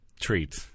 treat